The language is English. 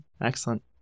Excellent